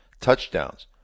Touchdowns